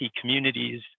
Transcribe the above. communities